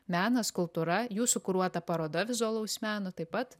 menas kultūra jūsų kuruota paroda vizualaus meno taip pat